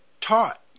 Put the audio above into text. taught